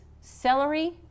celery